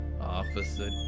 Officer